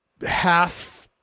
half-